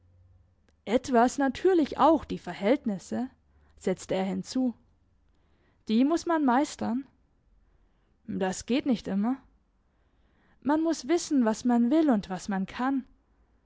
etwas natürlich auch die verhältnisse setzte er hinzu die muss man meistern das geht nicht immer man muss wissen was man will und was man kann